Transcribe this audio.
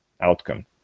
outcome